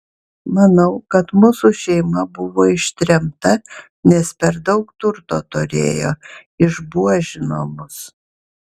manau kad mūsų šeima buvo ištremta nes per daug turto turėjo išbuožino mus